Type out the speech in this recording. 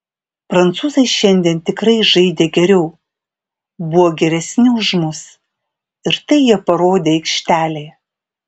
prancūzai šiandien tikrai žaidė geriau buvo geresni už mus ir tai jie parodė aikštelėje